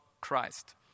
Christ